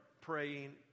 praying